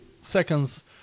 seconds